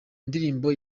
ndirimbo